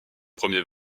premier